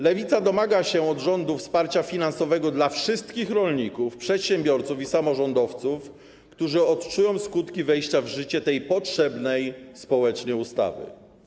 Lewica domaga się od rządu wsparcia finansowego dla wszystkich rolników, przedsiębiorców i samorządowców, którzy odczują skutki wejścia w życie tej potrzebnej społecznie ustawy.